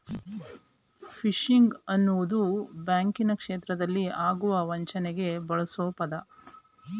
fishing ಅನ್ನೋದು ಬ್ಯಾಂಕಿನ ಕ್ಷೇತ್ರದಲ್ಲಿ ಆಗುವ ವಂಚನೆಗೆ ಬಳ್ಸೊ ಪದ